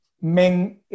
Men